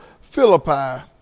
Philippi